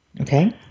Okay